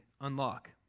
unlock